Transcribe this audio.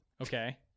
Okay